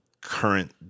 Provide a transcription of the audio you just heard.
current